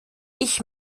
ich